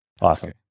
Awesome